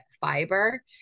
fiber